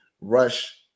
rush